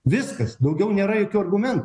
viskas daugiau nėra jokių argumentų